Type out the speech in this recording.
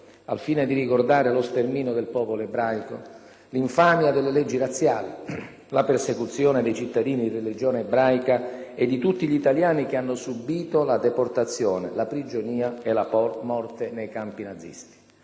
al fine di ricordare lo sterminio del popolo ebraico, l'infamia delle leggi razziali, la persecuzione dei cittadini di religione ebraica e di tutti gli italiani che hanno subìto la deportazione, la prigionia e la morte nei campi nazisti.